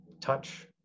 touch